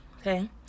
Okay